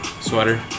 sweater